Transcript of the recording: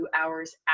hours